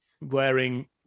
wearing